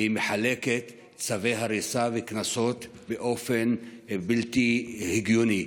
והיא מחלקת צווי הריסה וקנסות באופן בלתי הגיוני,